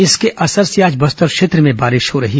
इसके असर से आज बस्तर क्षेत्र में बारिश हुई